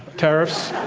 tariffs?